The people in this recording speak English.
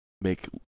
Make